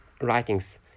writings